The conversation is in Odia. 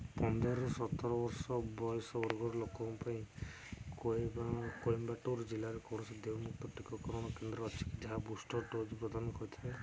ପନ୍ଦରରୁ ସତର ବର୍ଷ ବୟସ ବର୍ଗର ଲୋକଙ୍କ ପାଇଁ କୋଏମ୍ବାଟୁର ଜିଲ୍ଲାରେ କୌଣସି ଦେୟମୁକ୍ତ ଟିକାକରଣ କେନ୍ଦ୍ର ଅଛି କି ଯାହା ବୁଷ୍ଟର୍ ଡୋଜ୍ ପ୍ରଦାନ କରିଥାଏ